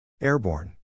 Airborne